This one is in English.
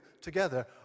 together